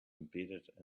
embedded